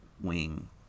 wing